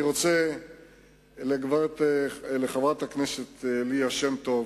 לחברת הכנסת ליה שמטוב,